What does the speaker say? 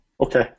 Okay